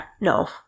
No